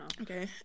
Okay